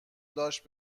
داشت